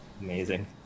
amazing